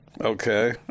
Okay